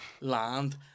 land